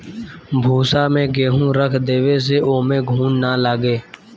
भूसा में गेंहू रख देवे से ओमे घुन ना लागे